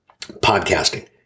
Podcasting